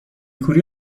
کوری